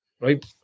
right